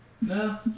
No